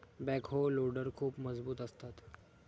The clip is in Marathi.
बॅकहो लोडर खूप मजबूत असतात